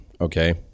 okay